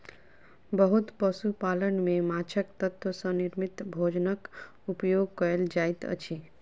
बहुत पशु पालन में माँछक तत्व सॅ निर्मित भोजनक उपयोग कयल जाइत अछि